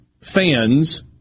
fans